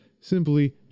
simply